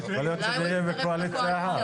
יכול להיות שנהיה בקואליציה אחת.